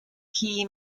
qui